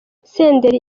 senderi